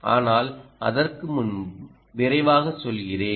ஆனால் அதற்கு முன் விரைவாக சொல்கிறேன்